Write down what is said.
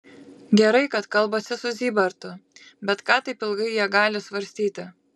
gerai kad kalbasi su zybartu bet ką taip ilgai jie gali svarstyti